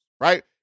right